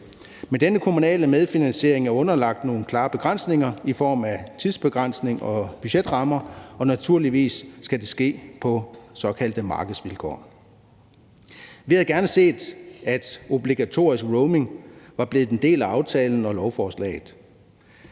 Men denne kommunale medfinansiering er underlagt nogle klare begrænsninger i form af tidsbegrænsning og budgetrammer, og det skal naturligvis ske på såkaldte markedsvilkår. Vi havde gerne set, at obligatorisk roaming var blevet en del af aftalen og lovforslaget,